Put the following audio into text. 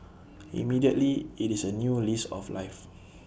immediately IT is A new lease of life